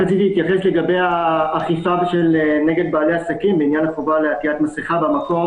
לגבי האכיפה נגד בעלי העסקים בעניין חובה לעטיית מסיכה במקום